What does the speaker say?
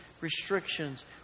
restrictions